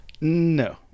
No